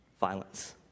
violence